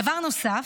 דבר נוסף,